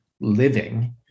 living